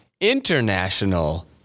international